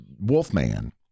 Wolfman